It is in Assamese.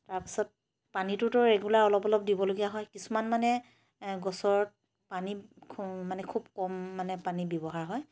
তাৰ পছত পানীটোতো অলপ অলপ ৰেগুলাৰ দিবলগীয়া হয় কিছুমান মানে গছৰ পানী মানে খুব কম মানে পানী ব্যৱহাৰ হয়